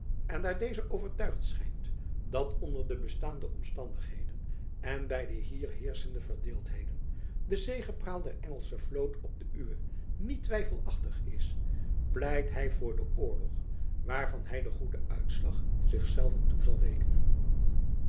en daar deze overtuigd schijnt dat onder de bestaande omstandigheden en by de hier heerschende verdeeldheden de zegepraal der engelsche vloot op de uwe niet twijfelachtig is pleit hy voor den oorjacob van lennep elizabeth musch log waarvan hy den goeden uitslag zichzelven toe zal rekenen